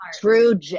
True